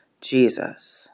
Jesus